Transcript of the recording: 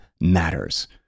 matters